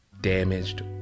damaged